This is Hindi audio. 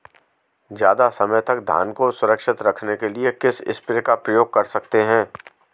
ज़्यादा समय तक धान को सुरक्षित रखने के लिए किस स्प्रे का प्रयोग कर सकते हैं?